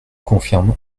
confirme